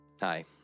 Hi